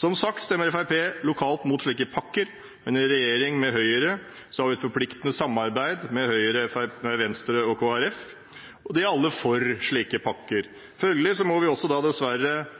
Som sagt, Fremskrittspartiet stemmer lokalt mot slike pakker, men i regjering med Høyre har vi et forpliktende samarbeid med Høyre, Venstre og Kristelig Folkeparti, som alle er for slike pakker,